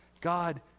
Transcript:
God